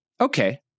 Okay